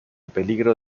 peligro